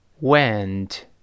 went